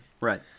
Right